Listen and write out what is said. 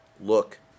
look